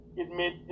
admit